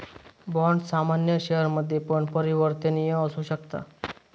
bond सामान्य शेयरमध्ये पण परिवर्तनीय असु शकता